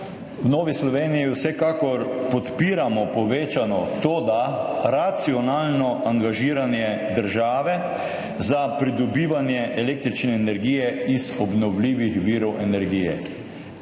V Novi Sloveniji vsekakor podpiramo povečano, toda racionalno angažiranje države za pridobivanje električne energije iz obnovljivih virov energije,